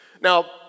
Now